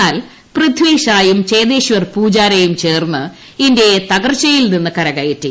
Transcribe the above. എന്നാൽ പൃഥി ഷായും ചേതേശ്വർ പൂജാരയും ചേർന്ന് ഇന്ത്യയെ തകർച്ചയിൽ നിന്ന് കരകയറ്റി